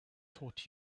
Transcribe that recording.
taught